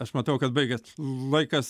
aš matau kad baigės laikas